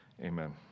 Amen